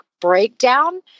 breakdown